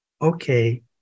Okay